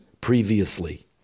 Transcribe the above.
previously